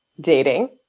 dating